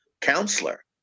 counselor